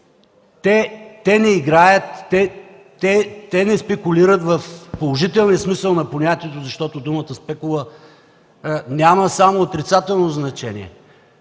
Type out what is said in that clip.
те не играят, те не спекулират в положителния смисъл на понятието, защото думата „спекула” няма само отрицателно значение.